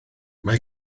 mae